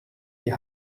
die